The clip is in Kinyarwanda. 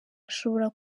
ashobora